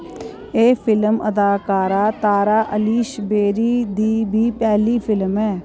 एह् फिल्म अदाकारा तारा अलीश बेरी दी बी पैह्ली फिल्म ऐ